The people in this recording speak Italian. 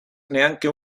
neanche